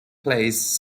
plays